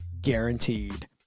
guaranteed